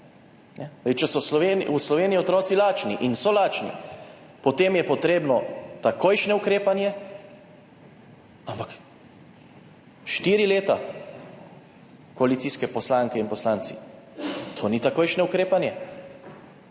Če so v Sloveniji otroci lačni – in so lačni –, potem je potrebno takojšnje ukrepanje. Ampak štiri leta?! Koalicijske poslanke in poslanci, to ni takojšnje ukrepanje.